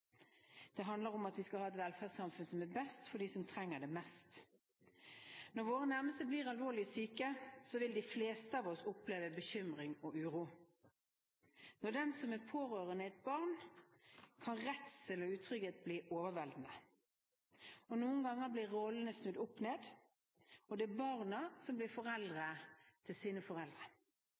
Det handler om at vi skal ha et velferdssamfunn som er best for dem som trenger det mest. Når våre nærmeste blir alvorlig syke, vil de fleste av oss oppleve bekymring og uro. Når den som er pårørende, er et barn kan redsel og utrygghet bli overveldende. Noen ganger blir rollene snudd opp ned, og det er barna som blir foreldre til sine foreldre.